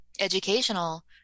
educational